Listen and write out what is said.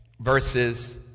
verses